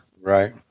Right